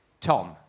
Tom